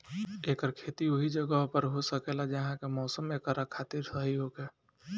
एकर खेती ओहि जगह पर हो सकेला जहा के मौसम एकरा खातिर सही होखे